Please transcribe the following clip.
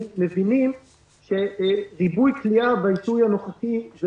מבינים שריבוי כליאה בעיתוי הנוכחי זה